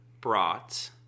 brought